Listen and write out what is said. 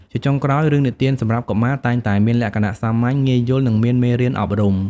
ជាចុងក្រោយ រឿងនិទានសម្រាប់កុមារ តែងតែមានលក្ខណៈសាមញ្ញ ងាយយល់ និងមានមេរៀនអប់រំ។